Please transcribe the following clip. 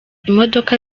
imodoka